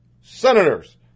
Senators